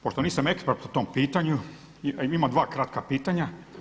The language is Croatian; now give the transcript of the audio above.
Pošto nisam ekspert po tom pitanju, imam dva kratka pitanja.